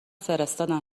فرستادن